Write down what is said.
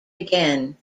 again